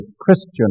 Christian